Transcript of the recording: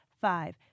five